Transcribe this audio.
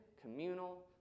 communal